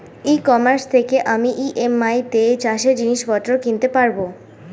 ই commerce থেকে আমি EMI তে চাষে জিনিসপত্র কিনতে পারব?